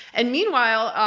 and meanwhile,